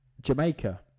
Jamaica